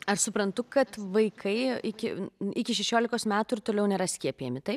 aš suprantu kad vaikai iki iki šešiolikos metų ir toliau nėra skiepijami taip